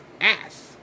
ass